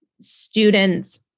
students